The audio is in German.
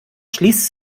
schließt